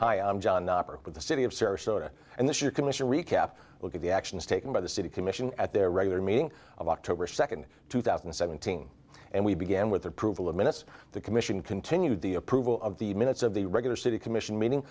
with the city of sarasota and this your commission recap look at the actions taken by the city commission at their regular meeting of october second two thousand and seventeen and we began with approval of minutes the commission continued the approval of the minutes of the regular city commission meeting